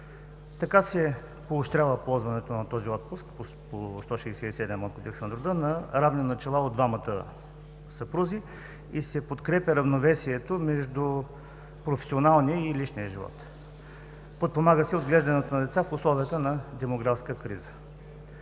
месеца. Поощрява се ползването на отпуск по чл. 167а от Кодекса на труда на равни начала от двамата съпрузи и се подкрепя равновесието между професионалния и личния живот, като се подпомага отглеждането на деца в условията на демографска криза.